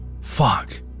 fuck